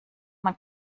man